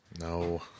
No